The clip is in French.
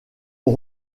ont